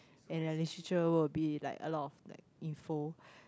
and like Literature will be like a lot of like info